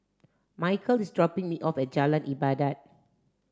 Mykel is dropping me off at Jalan Ibadat